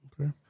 okay